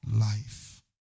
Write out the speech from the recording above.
Life